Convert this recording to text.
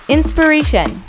Inspiration